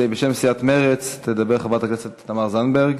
בשם סיעת מרצ תדבר חברת הכנסת תמר זנדברג.